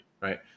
right